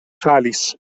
falis